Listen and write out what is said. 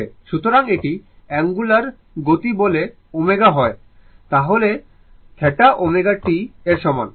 সুতরাং যদি অঙ্গুলার গতি বলতে ω হয় তাহলে θ ω t এর সমান